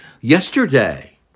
yesterday